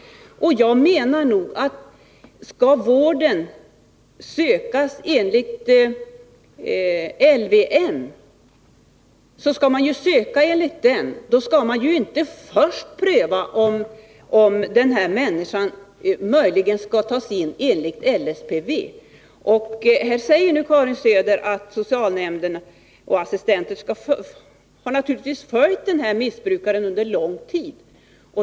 Jag menar att skall vården sökas enligt LVM, skall man också verkligen söka enligt den — då skall man inte först pröva om den person det gäller möjligen skall tas in enligt LSPV. Karin Söder säger att socialnämnden och assistenten under en lång tid naturligtvis skall ha följt missbrukaren.